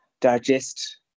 digest